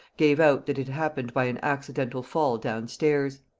gave out that it happened by an accidental fall down stairs.